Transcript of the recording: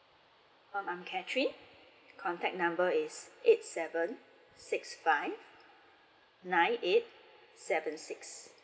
um I am catherine contact number is eight seven six five nine eight seven six